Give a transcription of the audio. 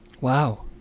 Wow